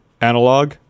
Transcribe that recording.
analog